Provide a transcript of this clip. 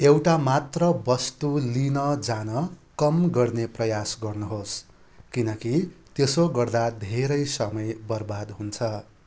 एउटा मात्र वस्तु लिन जान कम गर्ने प्रयास गर्नुहोस् किनकि त्यसोगर्दा धेरै समय बर्बाद हुन्छ